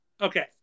Okay